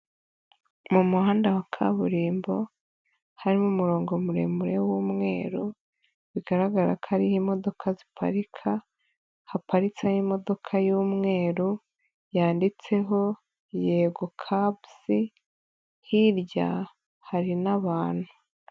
Mu muhanda wa kaburimbo hari umurongo muremure w'umweru, bigaragara ko ariho imodoka ziparika, haparitseho imodoka y'umweru yanditseho Yego kapusi, hirya hari n'abantu.